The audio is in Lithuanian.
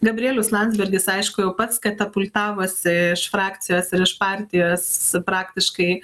gabrielius landsbergis aišku jau pats katapultavosi iš frakcijos ir iš partijos praktiškai